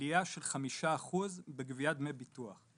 עלייה של 5% בגביית דמי ביטוח.